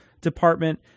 department